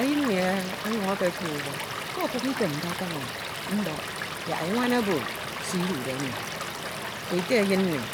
Eyin nni ọnyuñ ekekpe ubọk ke ọkuk ikemke kaña- o, mbọk yak e- wana obo se idude emi. Ete eyin nni